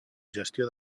gestió